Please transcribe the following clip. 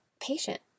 patient